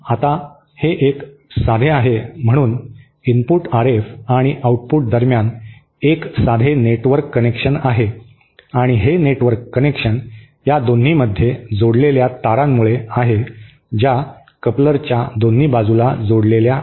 आता हे एक साधे आहे म्हणून इनपुट आरएफ आणि आउटपुट दरम्यान एक साधे नेटवर्क कनेक्शन आहे आणि हे नेटवर्क कनेक्शन या दोन्हीमध्ये जोडलेल्या तारांमुळे आहे ज्या कपलरच्या दोन बाजूना जोडलेल्या आहेत